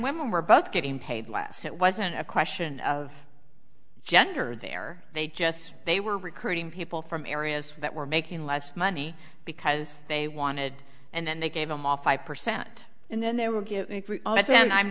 women were both getting paid last it wasn't a question of gender there they just they were recruiting people from areas that were making less money because they wanted and then they gave them all five percent and then they were given and i'm